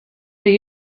they